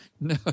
No